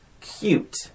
cute